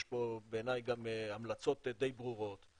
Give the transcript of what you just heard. יש פה בעיניי גם המלצות די ברורות.